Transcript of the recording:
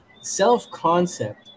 Self-concept